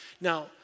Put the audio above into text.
Now